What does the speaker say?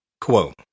Quote